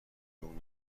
دروغ